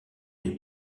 les